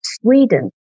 Sweden